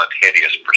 hideous